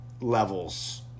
levels